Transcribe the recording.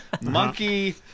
monkey